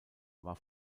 war